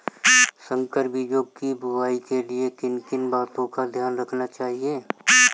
संकर बीजों की बुआई के लिए किन किन बातों का ध्यान रखना चाहिए?